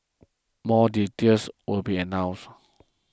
more details will be announced